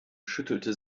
schüttelte